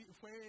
fue